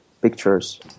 pictures